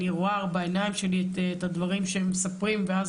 רואה בעניים שלי את הדברים שמספרים ואז